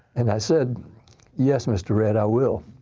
and i said yes, mr. red, i will.